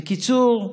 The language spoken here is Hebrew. בקיצור,